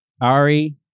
Ari